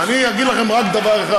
אני אגיד לכם רק דבר אחד.